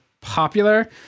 popular